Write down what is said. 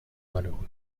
malheureux